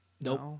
nope